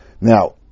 Now